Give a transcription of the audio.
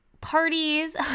parties